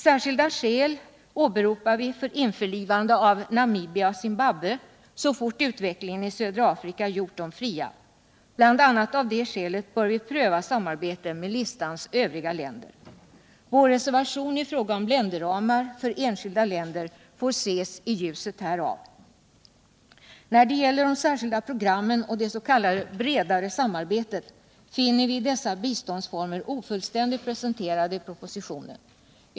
Särskilda skäl åberopar vi för införlivande av Namibia och Zimbabwe, så fort utvecklingen i södra Afrika gjort dem fria. Bl. a. av det skälet bör samarbetet med listans övriga länder prövas. Vår reservation i fråga om länderramar för enskilda länder får ses i ljuset härav. När det gäller de särskilda programmen och det s.k. bredare samarbetet finner vi dessa biståndsformer ofullständigt presenterade i propositionen.